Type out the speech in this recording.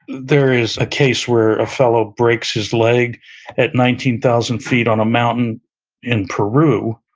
there is a case where a fellow breaks his leg at nineteen thousand feet on a mountain in peru